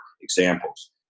examples